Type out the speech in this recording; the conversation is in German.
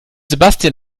sebastian